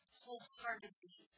wholeheartedly